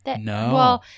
No